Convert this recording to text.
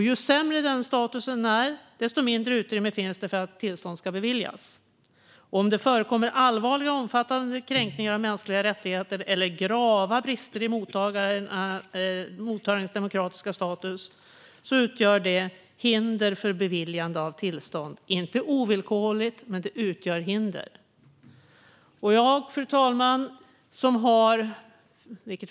Ju sämre den statusen är, desto mindre utrymme finns det för att tillstånd ska beviljas. Om det förekommer allvarliga och omfattande kränkningar av mänskliga rättigheter eller grava brister i mottagarens demokratiska status utgör det hinder för beviljande av tillstånd. Det är inte ovillkorligt, men det utgör hinder. Fru talman!